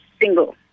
single